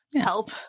help